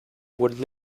would